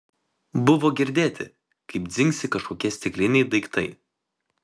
buvo girdėti kaip dzingsi kažkokie stikliniai daiktai